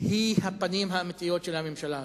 הוא הפנים האמיתיות של הממשלה הזאת.